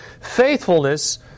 faithfulness